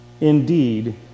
indeed